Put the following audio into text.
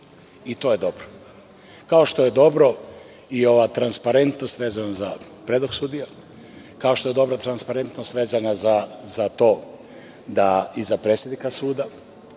I to je dobro. Kao što je dobra i ova transparentnost vezana za predlog sudija, kao što je dobra transparentnost vezana za to da i za predsednika suda,